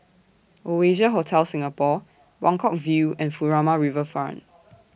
Oasia Hotel Singapore Buangkok View and Furama Riverfront